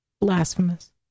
Blasphemous